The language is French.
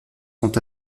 sont